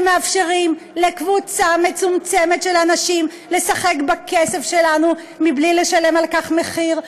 שמאפשרים לקבוצה מצומצמת של אנשים לשחק בכסף שלנו בלי לשלם על כך מחיר,